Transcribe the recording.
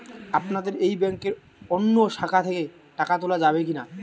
আপনাদের এই ব্যাংকের অন্য শাখা থেকে টাকা তোলা যাবে কি না?